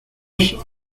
dos